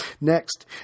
Next